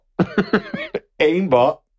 Aimbot